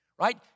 right